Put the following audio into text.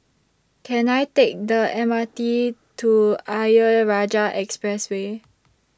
Can I Take The M R T to Ayer Rajah Expressway